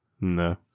No